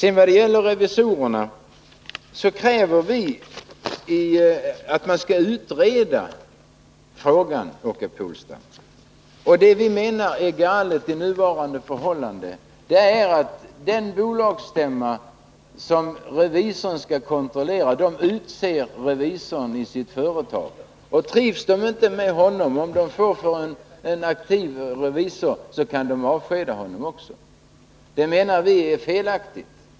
I vad gäller revisorerna kräver vi att man skall utreda frågan. Det vi menar är galet i nuvarande förhållanden är att den bolagsstämma som revisorn skall kontrollera utser revisorn i sitt företag. Trivs man inte med honom, om man t.ex. får en för aktiv revisor, kan man avskeda honom. Vi menar att detta är felaktigt.